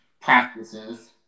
practices